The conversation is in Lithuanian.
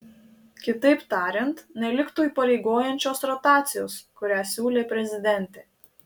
kitaip tariant neliktų įpareigojančios rotacijos kurią siūlė prezidentė